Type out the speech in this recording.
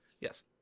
Yes